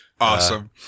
Awesome